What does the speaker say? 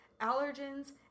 allergens